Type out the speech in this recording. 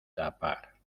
tapar